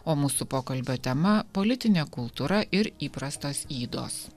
o mūsų pokalbio tema politinė kultūra ir įprastos ydos